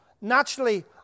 Naturally